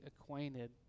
acquainted